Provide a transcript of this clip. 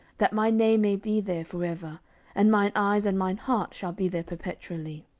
that my name may be there for ever and mine eyes and mine heart shall be there perpetually.